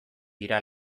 dira